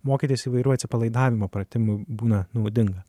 mokytis įvairių atsipalaidavimo pratimų būna naudinga